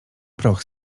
proch